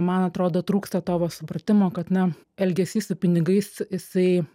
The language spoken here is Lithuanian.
man atrodo trūksta to va supratimo kad na elgesys su pinigais jisai